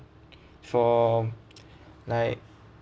for like